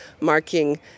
marking